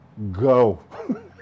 Go